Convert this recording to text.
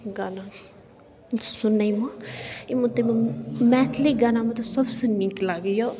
गाना सुनैमे एहिमे ताहिमे मैथिली गानामे तऽ सबसँ नीक लागैए